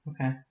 Okay